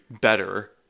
better